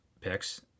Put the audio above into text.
picks